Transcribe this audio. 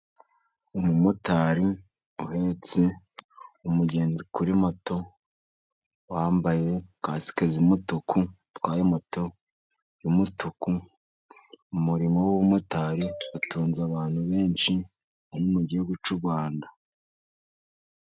Umumotari uhetse umugenzi kuri moto, wambaye kasike z'umutuku, atwaye moto y'umutuku, umurimo w'ubumotari utunze abantu benshi, bari mu gihugu cy'u Rwanda.